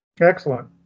Excellent